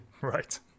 Right